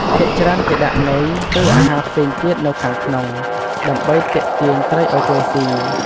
ភាគច្រើនគេដាក់នុយ ឬ អាហារផ្សេងទៀតនៅខាងក្នុង ដើម្បីទាក់ទាញត្រីឲ្យចូលសុី។